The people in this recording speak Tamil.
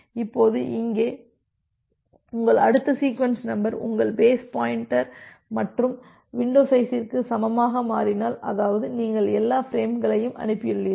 இப்போது இங்கே உங்கள் அடுத்த சீக்வென்ஸ் நம்பர் உங்கள் பேஸ் மற்றும் வின்டோ சைஸ்ற்கு சமமாக மாறினால் அதாவது நீங்கள் எல்லா ஃபிரேம்களையும் அனுப்பியுள்ளீர்கள்